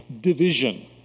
division